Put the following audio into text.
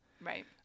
right